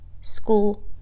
school